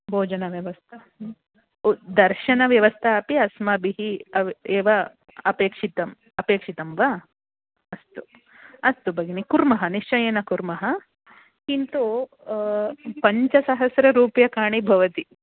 भोजनव्यवस्था दर्शनव्यवस्था अपि अस्माभिः एव अपेक्षितम् अपेक्षितं वा अस्तु अस्तु भगिनी कुर्मः निश्चयेन कुर्मः किन्तु पञ्चसहस्ररूप्यकाणि भवन्ति